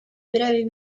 breve